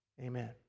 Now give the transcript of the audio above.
Amen